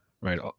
Right